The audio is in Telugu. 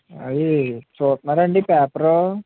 అది చుస్తున్నారా అండి పేపరు